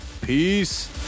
peace